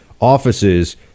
offices